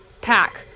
pack